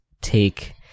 take